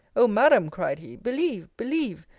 o madam, cried he, believe, believe,